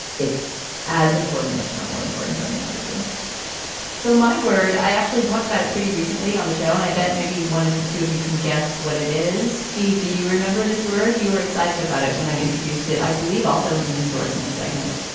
it's as important, if not more important than the other two so my word. i actually talked about it pretty recently on the show and i bet maybe one of the two of you can guess what it is. steve. do you remember this word? you were excited about it when i introduced it. i believe also in an endorsement segment.